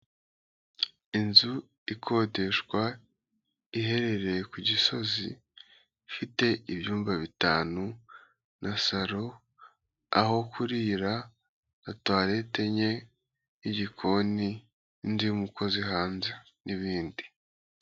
Inzu ikodeshwa iherereye ku gisozi ifite ibyumba bitanu na saro, aho kurira, na tuwarete, enye n'igikoni nindi y'umukozi hanze n'ibindi.